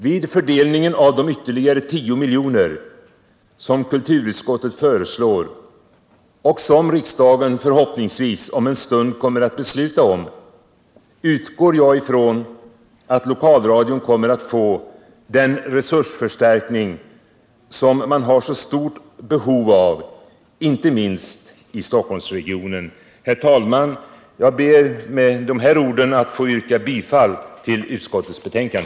Vid fördelningen av de ytterligare 10 miljoner som kulturutskottet föreslår och som riksdagen förhoppningsvis om en stund kommer att fatta beslut om kommer lokalradion — det utgår jag ifrån — att få den resursförstärkning som man har så stort behov av, inte minst i Stockholmsregionen. Herr talman! Jag ber med dessa ord att få yrka bifall till utskottets hemställan.